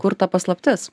kur ta paslaptis